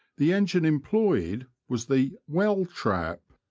the engine employed was the well-trap.